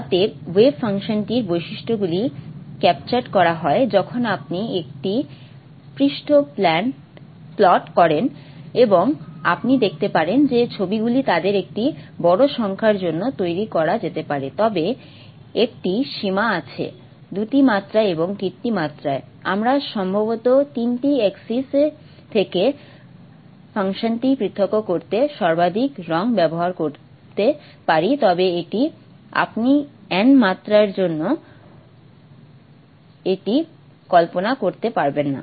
অতএব ওয়েভ ফাংশনটির বৈশিষ্ট্যগুলি ক্যাপচারড করা হয় যখন আপনি একটি পৃষ্ঠ প্লট করেন এবং আপনি দেখতে পারেন যে ছবিগুলি তাদের একটি বড় সংখ্যার জন্য তৈরি করা যেতে পারে তবে একটি সীমা আছে দুটি মাত্রা এবং তিনটি মাত্রায় আমরা সম্ভবত তিনটি এক্সিস থেকে ফাংশনটি পৃথক করতে সর্বাধিক রঙ ব্যবহার করতে পারি তবে এটি আপনি n মাত্রার জন্য এটি কল্পনা করতে পারবেন না